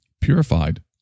Purified